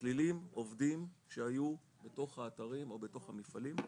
מכללים עובדים שהיו בתוך האתרים, או בתוך המפעלים,